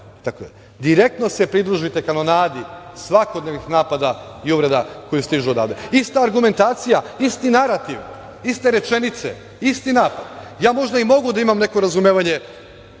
Sarajeva, direktno se pridružite kanonadi svakodnevnih napada i uvreda koje stižu odavde. Ista argumentacija, isti narativ, iste rečenice. Ja možda i mogu da imam neko razumevanje,